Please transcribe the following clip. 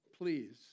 please